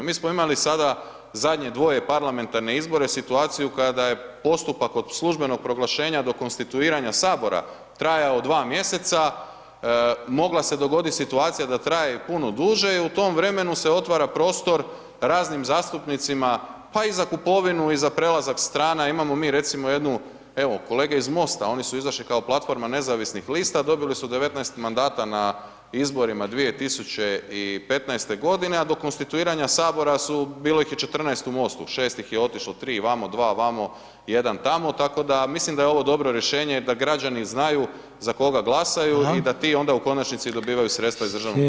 Mi smo imali sada zadnje dvoje parlamentarne izbore, situaciju kada je postupak od službenog proglašenja do konstituiranja HS trajao dva mjeseca, mogla se dogoditi situacija da traje i puno duže i u tom vremenu se otvara prostor raznim zastupnicima, pa i za kupovinu i za prelazak strana, imamo mi, recimo jednu, evo kolege iz MOST-a, oni su izašli kao platforma nezavisnih lista, a dobili su 19 mandata na izborima 2015.g., a do konstituiranja HS su, bilo ih je 14 u MOST-u, 6 ih je otišlo, 3 vamo, 2 vamo, 1 tamo, tako da, mislim da je ovo dobro rješenje da građani znaju za koga glasaju [[Upadica: Hvala]] i da ti onda u konačnici dobivaju sredstva iz državnog proračuna.